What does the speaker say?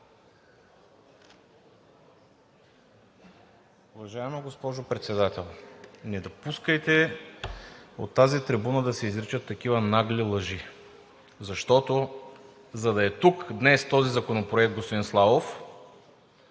Уважаема госпожо Председател, не допускайте от тази трибуна да се изричат такива нагли лъжи, защото, за да е тук днес този законопроект, господин Славов,